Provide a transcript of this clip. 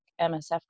MSF